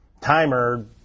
timer